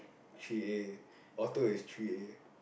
three A auto is three A